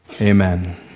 Amen